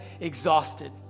exhausted